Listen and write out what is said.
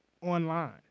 Online